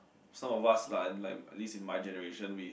some of us lah like at least in my generation we